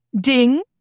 ding